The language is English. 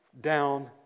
down